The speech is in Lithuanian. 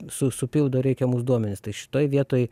su supildo reikiamus duomenis tai šitoj vietoj